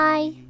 Bye